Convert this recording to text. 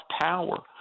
power